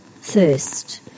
thirst